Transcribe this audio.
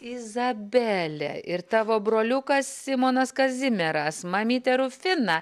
izabelė ir tavo broliukas simonas kazimieras mamytė rufina